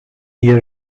year